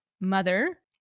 mother